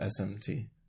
SMT